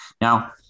now